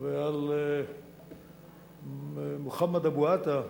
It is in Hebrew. ועל מוחמד אבו עטא.